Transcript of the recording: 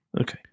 okay